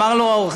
אמר לו עורך-הדין,